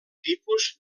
tipus